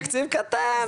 תקציב קטן,